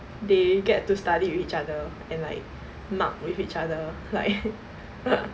they get to study with each other and like mug with each other like